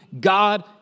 God